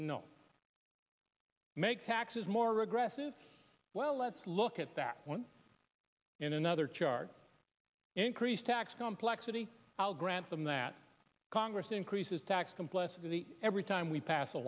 make taxes more regressive well let's look at that one in another chart increase tax complexity i'll grant them that congress increases tax complexity every time we pass a